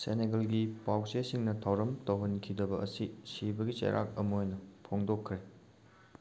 ꯁꯦꯅꯦꯒꯜꯒꯤ ꯄꯥꯎ ꯆꯦꯁꯤꯡꯅ ꯊꯧꯔꯝ ꯇꯧꯍꯟꯈꯤꯗꯕ ꯑꯁꯤ ꯁꯤꯕꯒꯤ ꯆꯩꯔꯥꯛ ꯑꯃ ꯑꯣꯏꯅ ꯐꯣꯡꯗꯣꯛꯈ꯭ꯔꯦ